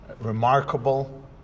remarkable